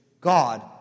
God